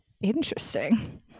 Interesting